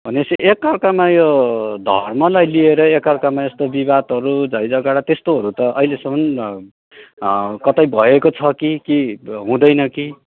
भनेपछि एकाअर्कामा यो धर्मलाई लिएर एकाअर्कामा यस्तो विवादहरू झैँझगडा त्यस्तोहरू त अहिलेसम्म कतै भएको छ कि कि हुँदैन कि